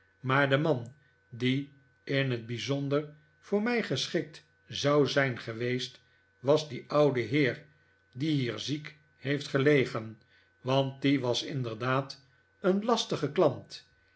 maar de man die in t bijzonder voor mij geschikt zou zijn geweest was die otide heer die bier ziek heeft gelegen want die was inderdaad een lastige klant